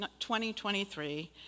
2023